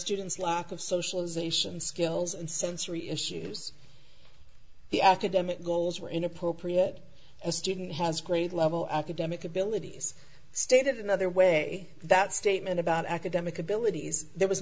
students lack of socialization skills and sensory issues the academic goals were inappropriate as a student has grade level academic abilities stated another way that statement about academic abilities there was